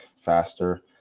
faster